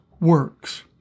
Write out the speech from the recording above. works